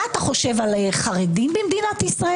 מה אתה חושב על חרדים במדינת ישראל?